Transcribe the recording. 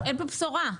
בשורה.